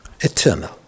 eternal